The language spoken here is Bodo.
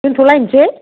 दोनथ' लायनोसै